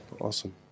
awesome